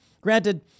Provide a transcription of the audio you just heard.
Granted